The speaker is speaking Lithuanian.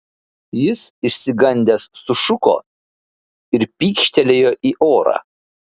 jis išsigandęs sušuko ir pykštelėjo į orą